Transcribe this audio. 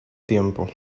tiempo